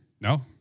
No